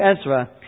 Ezra